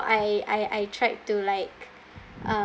I I I tried to like um